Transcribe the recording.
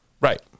right